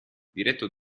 diretto